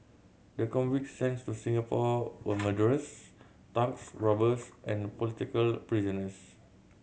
the convicts sense to Singapore were murderers thugs robbers and political prisoners